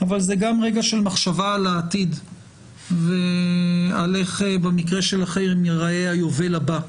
אבל זה גם רגע של מחשבה על העתיד ועל איך במקרה שלכם יראה היובל הבא.